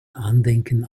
andenken